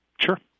Sure